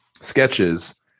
sketches